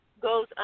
goes